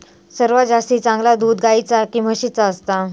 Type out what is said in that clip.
सर्वात जास्ती चांगला दूध गाईचा की म्हशीचा असता?